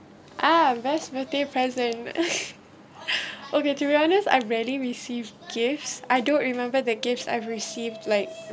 ah best birthday present okay to be honest I rarely receive gifts I don't remember that gifts I've received like